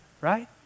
Right